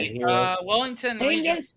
Wellington